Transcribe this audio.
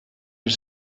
bir